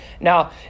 Now